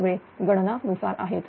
हे सगळे गणना नुसार आहे